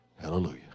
Hallelujah